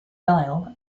lyell